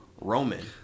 Roman